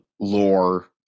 lore